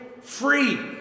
free